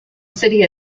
city